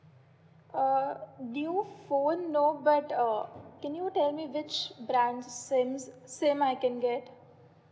uh new phone know bad or can you tell me which brands since same I can get